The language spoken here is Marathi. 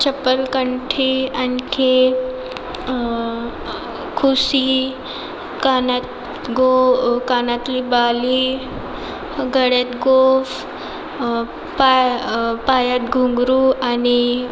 चप्पलकंठी आणखी ठुशी कानात गो कानातली बाळी गळ्यात गोफ पाय पायात घुंगरू आणि